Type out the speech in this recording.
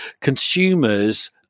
consumers